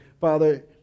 Father